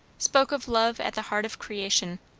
spoke of love at the heart of creation.